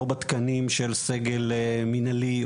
או בתקנים של סגל מנהלי,